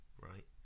right